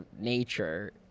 nature